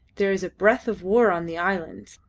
there is a breath of war on the islands.